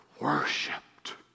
worshipped